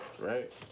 right